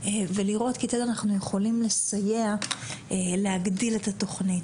ולראות כיצד אנחנו יכולים לסייע להגדיל את התוכנית,